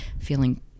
feeling